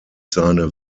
seine